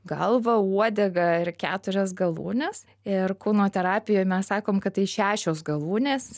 galvą uodegą ir keturias galūnes ir kūno terapijoj mes sakom kad tai šešios galūnės